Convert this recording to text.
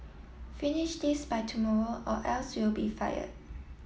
finish this by tomorrow or else you'll be fired